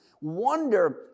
wonder